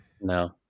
No